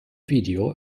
video